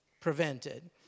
prevented